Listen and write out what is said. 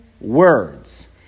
words